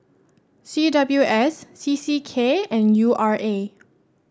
C W S C C K and U R A